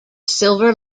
silver